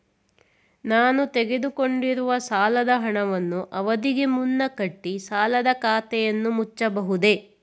ನಾನು ತೆಗೆದುಕೊಂಡಿರುವ ಸಾಲದ ಹಣವನ್ನು ಅವಧಿಗೆ ಮುನ್ನ ಕಟ್ಟಿ ಸಾಲದ ಖಾತೆಯನ್ನು ಮುಚ್ಚಬಹುದೇ?